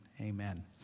Amen